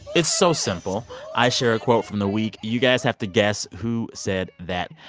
it's so simple. i share a quote from the week. you guys have to guess, who said that?